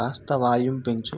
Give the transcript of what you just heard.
కాస్త వాల్యూం పెంచు